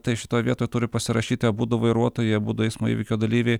tai šitoj vietoj turi pasirašyti abudu vairuotojai abudu eismo įvykio dalyviai